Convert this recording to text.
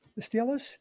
Steelers